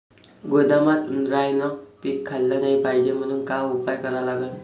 गोदामात उंदरायनं पीक खाल्लं नाही पायजे म्हनून का उपाय करा लागन?